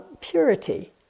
purity